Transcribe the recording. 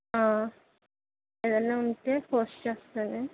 ఏదైనా ఉంటే పోస్ట్ చేస్తాలే